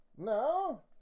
No